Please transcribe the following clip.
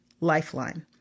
Lifeline